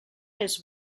his